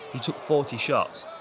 he took forty shots.